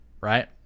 Right